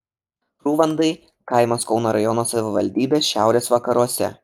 krūvandai kaimas kauno rajono savivaldybės šiaurės vakaruose